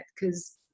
because-